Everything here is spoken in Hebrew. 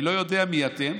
אני לא יודע מי אתם,